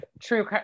true